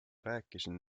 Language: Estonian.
rääkisin